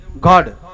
God